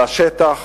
בשטח